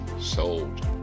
Sold